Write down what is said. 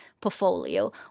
portfolio